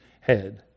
head